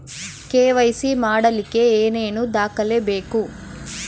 KYC ಮಾಡಲಿಕ್ಕೆ ಏನೇನು ದಾಖಲೆಬೇಕು?